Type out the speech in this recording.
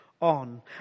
on